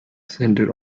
center